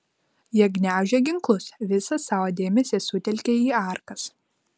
jie gniaužė ginklus visą savo dėmesį sutelkę į arkas